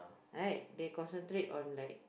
right they concentrate on like